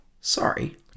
sorry